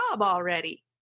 already